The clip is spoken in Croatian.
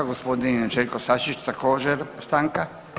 Gospodin Željko Sačić također stanka.